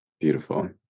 Beautiful